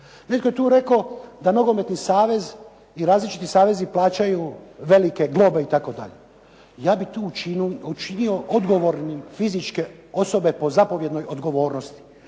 Netko je tu rekao da nogometni savez i različiti savezi plaćaju velike globe itd. Ja bih tu učinio odgovornim fizičke osobe po zapovjednoj odgovornosti,